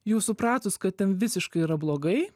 jau supratus kad ten visiškai yra blogai